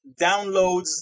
downloads